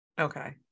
Okay